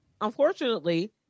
unfortunately